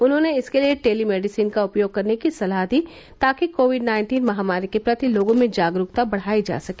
उन्होंने इसके लिए टेली मेडिसिन का उपयोग करने की सलाह दी ताकि कोविड नाइन्टीन महामारी के प्रति लोगों में जागरूकता का बढ़ाई जा सके